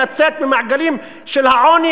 לצאת מהמעגלים של העוני,